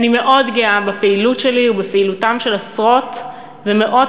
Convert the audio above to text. אני מאוד גאה בפעילות שלי ובפעילותם של עשרות ומאות